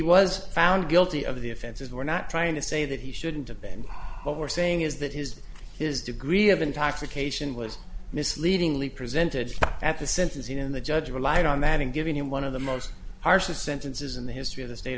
was found guilty of the offenses were not trying to say that he shouldn't have been but we're saying is that his his degree of intoxication was misleadingly presented at the sentencing in the judge relied on that in giving him one of the most harsher sentences in the history of the state